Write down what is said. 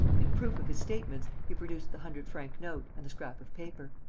in proof of his statements, he produced the hundred-franc note and the scrap of paper.